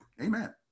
Amen